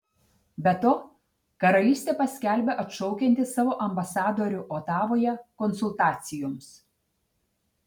be to karalystė paskelbė atšaukianti savo ambasadorių otavoje konsultacijoms